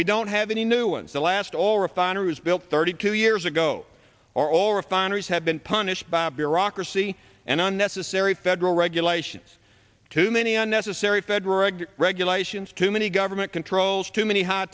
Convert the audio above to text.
we don't have any new ones the last all refineries built thirty two years ago are all refineries have been punished by bureaucracy and unnecessary federal regulations too many unnecessary federal regulations too many government controls too many high